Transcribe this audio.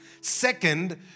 Second